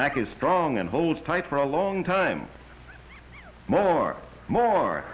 is strong and hold tight for a long time more more